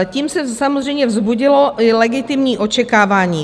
Tím se samozřejmě vzbudilo i legitimní očekávání.